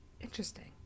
Interesting